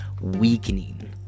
weakening